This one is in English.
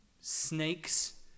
snakes